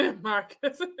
Marcus